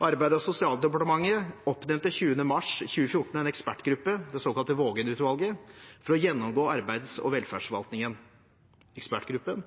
Arbeids- og sosialdepartementet oppnevnte 20. mars 2014 en ekspertgruppe, det såkalte Vågeng-utvalget, for å gjennomgå arbeids- og velferdsforvaltningen. Ekspertgruppen